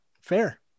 Fair